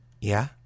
Yeah